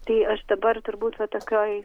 tai aš dabar turbūt va tokioj